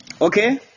Okay